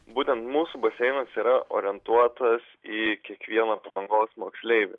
būtent mūsų baseinas yra orientuotas į kiekvieną palangos moksleivį